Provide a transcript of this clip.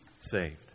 saved